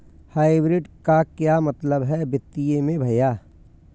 Hybrid का क्या मतलब है वित्तीय में भैया?